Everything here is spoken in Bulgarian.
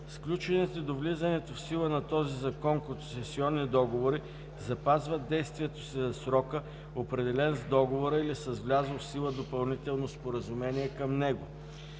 Сключените до влизането в сила на този закон концесионни договори запазват действието си за срока, определен с договора или с влязло в сила допълнително споразумение към него.“